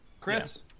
Chris